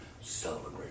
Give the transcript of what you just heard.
celebrate